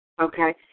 Okay